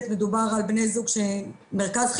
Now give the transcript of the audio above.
מדובר על בני זוג שמרכז חייהם בחו"ל.